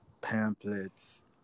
pamphlets